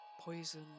poison